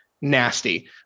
nasty